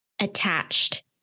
attached